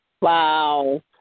Wow